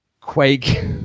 Quake